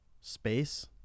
space